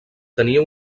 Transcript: tenia